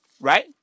Right